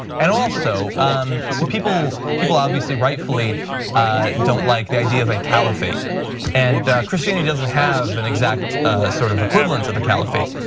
and um so people people obviously rightfully don't like the idea of a caliphate and christianity doesn't have an exact sort of equivalent of a caliphate,